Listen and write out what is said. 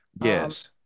Yes